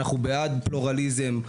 אנחנו בעד פלורליזם,